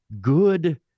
good